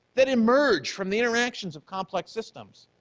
that emerge from the interactions of complex systems.